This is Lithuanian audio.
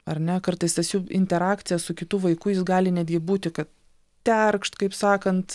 ar ne kartais tas jų interakcija su kitu vaiku jis gali netgi būti kad terkšt kaip sakant